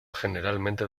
generalmente